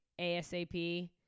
ASAP